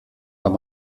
wenn